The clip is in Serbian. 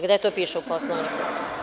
Gde to piše u Poslovniku?